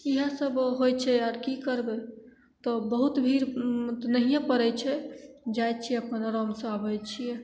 इएहसब होइ छै आओर कि करबै तब बहुत भीड़ तऽ नहिए पड़ै छै जाइ छिए अपन आरामसे आबै छिए